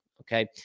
Okay